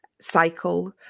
cycle